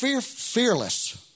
fearless